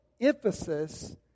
emphasis